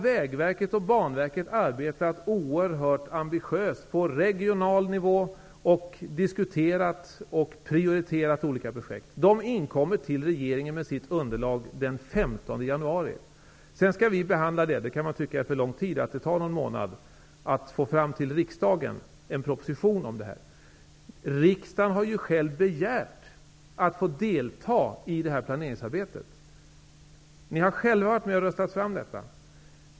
Vägverket och Banverket har arbetat oerhört ambitiöst på regional nivå och har diskuterat och prioriterat olika projekt. De kommer till regeringen med sitt underlag den 15 januari, och vi skall sedan behandla detta. Man kan tycka att någon månad för att få fram en proposition till riksdagen om detta är för lång tid, men riksdagen har själv begärt att få delta i detta planeringsarbete. Ni har själva varit med om att rösta fram detta.